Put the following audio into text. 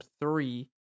three